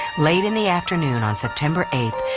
late in the afternoon on september eight,